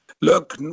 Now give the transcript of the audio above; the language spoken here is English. Look